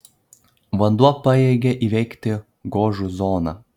vanduo pajėgia įveikti gožų zoną